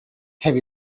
have